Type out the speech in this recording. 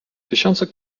tysiące